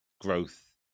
growth